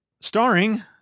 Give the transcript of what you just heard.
Starring